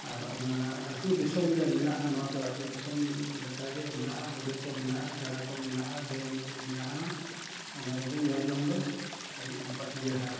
ᱟᱫᱚ ᱚᱱᱟ ᱟᱛᱳᱼᱫᱤᱥᱚᱢ ᱜᱮ ᱢᱮᱱᱟᱜᱼᱟ ᱱᱚᱣᱟ ᱫᱚ ᱟᱛᱳᱼᱫᱤᱥᱚᱢ ᱞᱮᱠᱟᱜᱮ ᱢᱮᱱᱟᱜᱼᱟ ᱵᱩᱨᱩ ᱠᱚ ᱢᱮᱱᱟᱜᱼᱟ ᱜᱟᱰᱟ ᱠᱚ ᱢᱮᱱᱟᱜᱼᱟ ᱢᱮᱱᱟᱜᱼᱟ ᱚᱱᱟ ᱠᱚᱜᱮ ᱧᱮᱞ ᱡᱚᱝ ᱫᱚ ᱟᱹᱰᱤ ᱱᱟᱯᱟᱭ ᱤᱭᱟᱹ